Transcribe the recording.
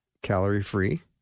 Calorie-free